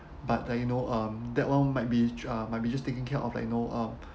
but like you know um that one might be j~ might be just taking care of like you know uh